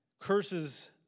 curses